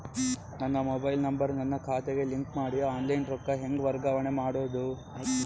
ನನ್ನ mobile number ನನ್ನ ಖಾತೆಗೆ ಲಿಂಕ್ ಮಾಡಿ ಆನ್ಲೈನ್ ರೊಕ್ಕ ಹೆಂಗ ವರ್ಗಾವಣೆ ಮಾಡೋದು?